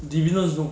dividends also